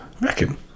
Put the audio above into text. reckon